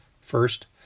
first